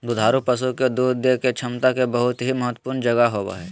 दुधारू पशु के दूध देय के क्षमता के बहुत ही महत्वपूर्ण जगह होबय हइ